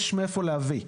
יש מאיפה להביא.